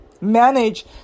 manage